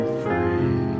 free